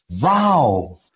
Wow